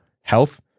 health